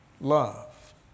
love